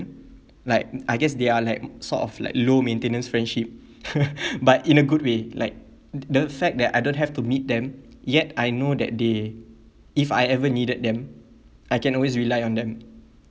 like I guess they are like sort of like low maintenance friendship but in a good way like t~ the fact that I don't have to meet them yet I know that they if I ever needed them I can always rely on them